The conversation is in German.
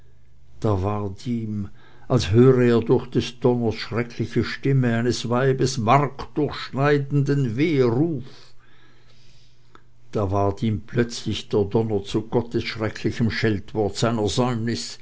da ward ihm als höre er durch des donners schreckliche stimme eines weibes markdurchschneidenden weheruf da ward ihm plötzlich der donner zu gottes schrecklichem scheltwort seiner säumnis